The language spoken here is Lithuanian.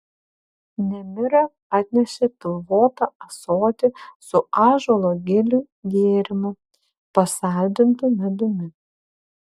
nemira atneša pilvotą ąsotį su ąžuolo gilių gėrimu pasaldintu medumi